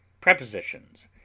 Prepositions